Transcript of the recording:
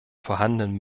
vorhandenen